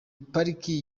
pariki